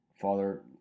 Father